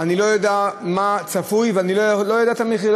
אני לא יודע מה צפוי ואני לא יודע את המחיר,